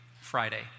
Friday